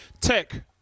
Tech